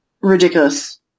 ridiculous